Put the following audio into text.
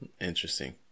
Interesting